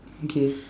okay